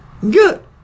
Good